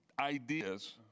ideas